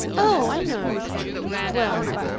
oh! i know well